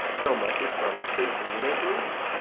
so much as from occasion you may glean,